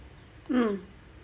mm